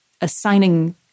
assigning